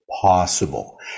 Possible